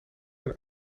een